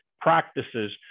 Practices